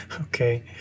okay